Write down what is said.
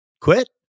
quit